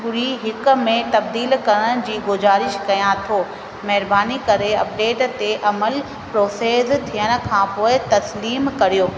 ॿुड़ी हिकु में तबदीलु करण जी गुजारिश कयां थो महिरबानी करे अपडेट ते अमल प्रोसेस थियण खां पोइ तसलीमु करियो